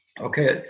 Okay